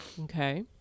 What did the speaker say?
okay